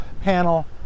panel